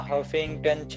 Huffington